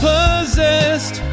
Possessed